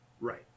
Right